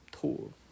tool